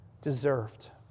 deserved